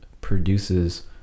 produces